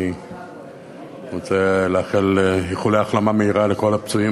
אני רוצה לאחל איחולי החלמה מהירה לכל הפצועים